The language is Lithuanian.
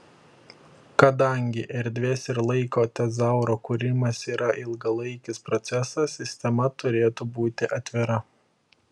kadangi erdvės ir laiko tezauro kūrimas yra ilgalaikis procesas sistema turėtų būti atvira